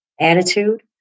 attitude